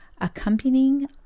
Accompanying